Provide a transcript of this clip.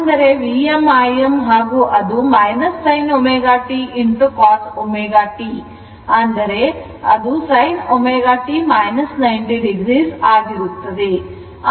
ಅಂದರೆ Vm Im ಹಾಗೂ ಅದು sin ω t cos ω t ಏಕೆಂದರೆ ಅದು sin ω t 90 o ಆಗಿರುತ್ತದೆ